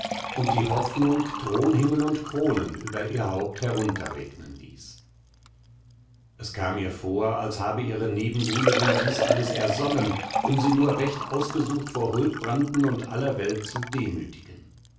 und die hoffnung thronhimmel und kronen über ihr haupt herunterregnen ließ es kam ihr vor als habe ihre nebenbuhlerin dies alles ersonnen um sie nur recht ausgesucht vor huldbranden und aller welt zu demütigen